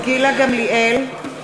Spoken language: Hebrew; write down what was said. גילה גמליאל.